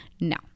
No